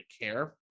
care